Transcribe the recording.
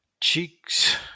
cheeks